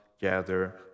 gather